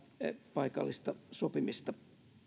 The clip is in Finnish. paikallista sopimista